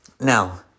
Now